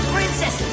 Princess